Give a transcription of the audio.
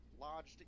lodged